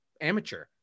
amateur